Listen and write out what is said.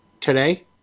today